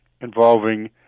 involving